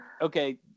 Okay